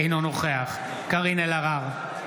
אינו נוכח קארין אלהרר,